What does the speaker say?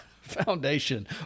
Foundation